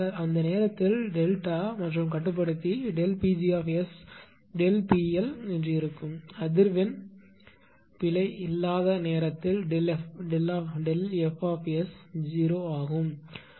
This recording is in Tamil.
அந்த நேரத்தில் டெல்டா மற்றும் கட்டுப்படுத்தி Pg ΔP L இருக்கும் ஏனெனில் அதிர்வெண் பிழை இல்லாத நேரத்தில் F 0 ஆகும்